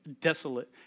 desolate